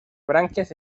branquias